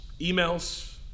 emails